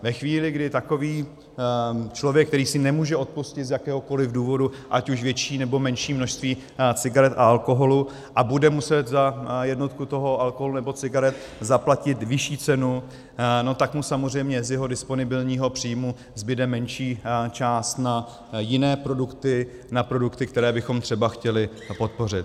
Ve chvíli, kdy takový člověk, který si nemůže odpustit z jakéhokoli důvodu, ať už větší, nebo menší množství cigaret a alkoholu a bude muset za jednotku toho alkoholu nebo cigaret zaplatit vyšší cenu, tak mu samozřejmě z jeho disponibilního příjmu zbude menší část na jiné produkty, na produkty, které bychom třeba chtěli podpořit.